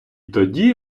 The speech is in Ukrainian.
тоді